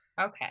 Okay